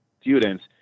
students